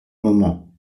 moments